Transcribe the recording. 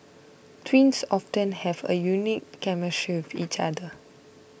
twins often have a unique chemistry of each other